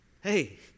Hey